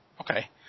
Okay